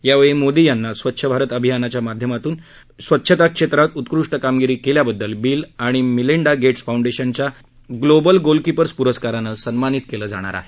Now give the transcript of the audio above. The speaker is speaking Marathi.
यावेळी मोदी यांना स्वच्छ भारत अभियानाच्या माध्यमातून स्वच्छता क्षेत्रात उत्कृष्ट कामगिरी केल्याबद्दल बिल आणि मेलिंडा गेट्स फाउंडेशनच्या ग्लोबल गोलकीपर्स पुरस्काराने सन्मानित करण्यात येईल